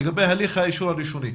לגבי הליך האישור הראשוני.